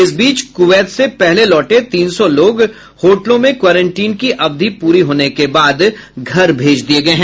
इस बीच कुवैत से पहले लौटे तीन सौ लोग होटलों में क्वारेंटीन की अवधि पूरी होने के बाद घर भेज दिए गए हैं